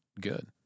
good